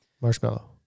Marshmallow